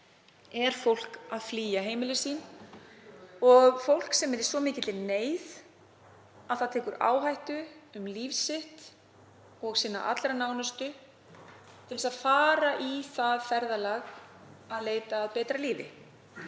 flýr fólk heimili sín, fólk sem er í svo mikilli neyð að það tekur áhættu um líf sitt og sinna allra nánustu til þess að fara í það ferðalag að leita að betra lífi.